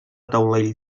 taulell